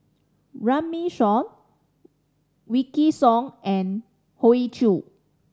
Runme Shaw Wykidd Song and Hoey Choo